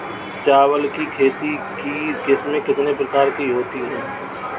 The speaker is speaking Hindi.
चावल की खेती की किस्में कितने प्रकार की होती हैं?